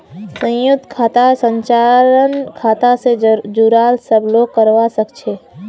संयुक्त खातार संचालन खाता स जुराल सब लोग करवा सके छै